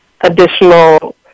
additional